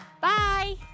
bye